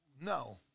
no